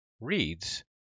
reads